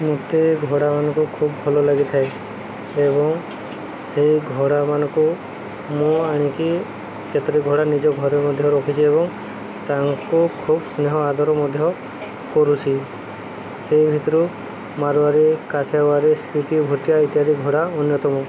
ମୋତେ ଘୋଡ଼ାମାନଙ୍କୁ ଖୁବ୍ ଭଲ ଲାଗିଥାଏ ଏବଂ ସେଇ ଘୋଡ଼ାମାନଙ୍କୁ ମୁଁ ଆଣିକି କେତୋଟି ଘୋଡ଼ା ନିଜ ଘରେ ମଧ୍ୟ ରଖିଛିି ଏବଂ ତାଙ୍କୁ ଖୁବ୍ ସ୍ନେହ ଆଦର ମଧ୍ୟ କରୁଛି ସେଇ ଭିତରୁ ମାରୁଆରୀ କାଥିୱାରୀ ସ୍ପିତି ଭୁଟିଆ ଇତ୍ୟାଦି ଘୋଡ଼ା ଅନ୍ୟତମ